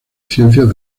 ciencias